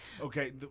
Okay